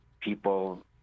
People